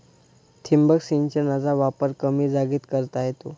ठिबक सिंचनाचा वापर कमी जागेत करता येतो